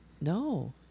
No